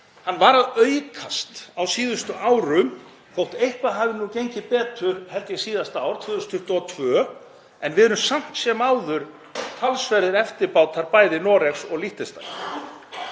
er að aukast á síðustu árum, þótt eitthvað hafi gengið betur, held ég, síðasta ár, 2022. En við erum samt sem áður talsverðir eftirbátar bæði Noregs og Liechtenstein.